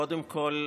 קודם כול,